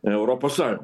europos sąjun